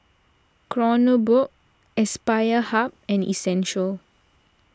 Kronenbourg Aspire Hub and Essential